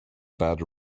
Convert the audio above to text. bad